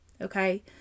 Okay